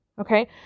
Okay